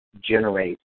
generate